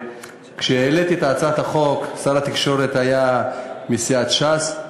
וכשהעליתי את הצעת החוק שר התקשורת היה מסיעת ש"ס,